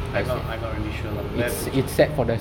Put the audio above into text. I know I'm not really sure lah I have to check